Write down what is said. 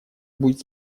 будет